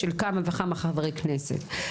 של כמה וכמה חברי כנסת.